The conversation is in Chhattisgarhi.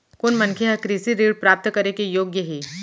कोन मनखे ह कृषि ऋण प्राप्त करे के योग्य हे?